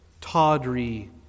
tawdry